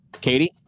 Katie